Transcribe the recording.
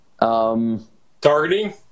Targeting